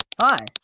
Hi